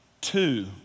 two